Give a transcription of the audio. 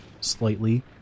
slightly